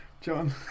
John